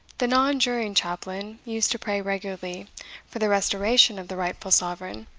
the non-juring chaplain used to pray regularly for the restoration of the rightful sovereign,